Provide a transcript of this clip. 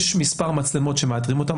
יש מספר מצלמות שמאתרים אותן,